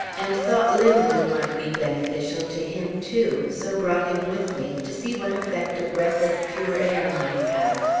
and thought linwood might be beneficial to him, too so brought him with me, to see what effect a breath of pure air might have.